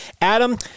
Adam